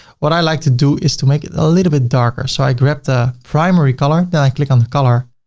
what i like to do is to make it a little bit darker. so i grab the primary color then i click on the color,